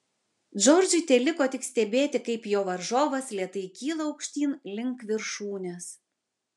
džordžui teliko tik stebėti kaip jo varžovas lėtai kyla aukštyn link viršūnės